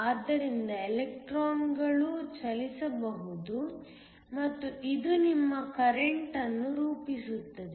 ಆದ್ದರಿಂದ ಎಲೆಕ್ಟ್ರಾನ್ಗಳು ಚಲಿಸಬಹುದು ಮತ್ತು ಇದು ನಿಮ್ಮ ಕರೆಂಟ್ವನ್ನು ರೂಪಿಸುತ್ತದೆ